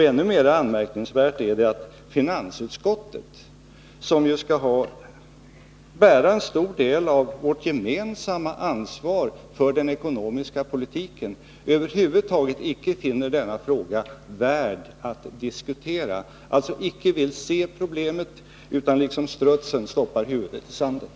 Ännu mera anmärkningsvärt är det att finansutskottet, som ju skall bära en stor del av vårt gemensamma ansvar för den ekonomiska politiken, över huvud taget icke finner frågan värd att diskutera. Man vill alltså inte se problemet utan liksom strutsen stoppa huvudet i sanden.